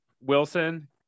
Wilson